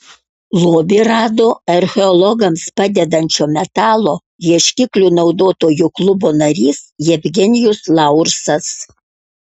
lobį rado archeologams padedančio metalo ieškiklių naudotojų klubo narys jevgenijus laursas